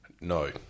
No